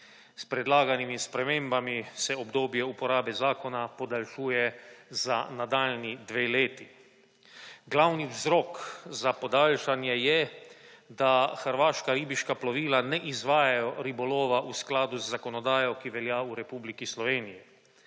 S predlaganimi spremembami se obdobje uporabe zakona podaljšuje za nadaljnji dve leti. Glavni vzrok za podaljšanje je, da hrvaška ribiška plovila ne izvajajo ribolova v skladu z zakonodajo, ki velja v Republiki Sloveniji.